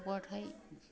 खौबाथाय